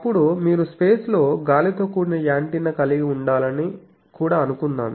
అప్పుడు మీరు స్పేస్ లో గాలితో కూడిన యాంటెన్నా కలిగి ఉండాలని కూడా అనుకుందాం